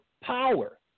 power